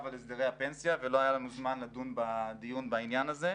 על הסדרי הפנסיה ולא היה לנו זמן לדון בדיון בעניין הזה.